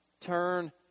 Turn